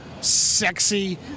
sexy